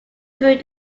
through